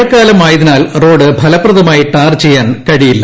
മഴക്കാലമായതിനാൽ road ഫലപ്രദമായി tar ചെയ്യാൻ കഴിയില്ല